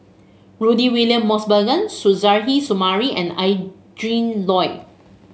Rudy William Mosbergen Suzairhe Sumari and Adrin Loi